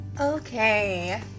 Okay